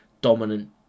dominant